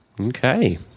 Okay